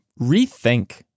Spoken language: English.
rethink